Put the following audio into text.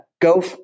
Go